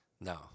No